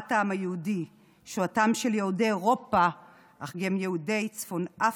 שואת העם היהודי היא שואתם של יהודי אירופה אך גם של יהודי צפון אפריקה,